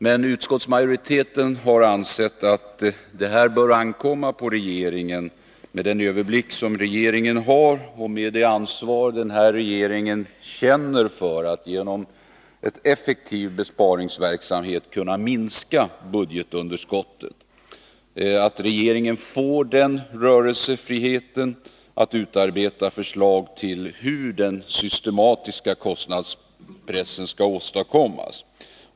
Men utskottsmajoriteten har ansett att det här bör ankomma på regeringen, med den överblick som regeringen har och med det ansvar som den här regeringen känner för att genom en effektiv besparingsverksamhet minska budgetunderskottet. Regeringen får rörelsefrihet att utarbeta förslag till hur den systematiska kostnadspressen skall åstadkommas.